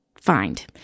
find